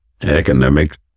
economic